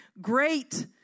great